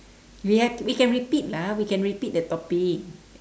we have we can repeat lah we can repeat the topic